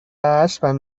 عصر